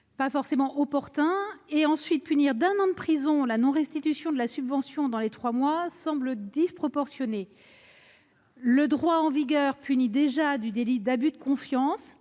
pas forcément opportun. En outre, punir d'un an de prison la non-restitution de la subvention dans les trois mois semble disproportionné. Le droit en vigueur punit déjà du délit d'abus de confiance